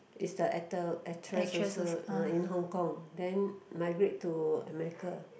is the actor actress also ah in Hong-Kong then migrate to America